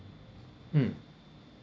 mm